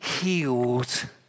healed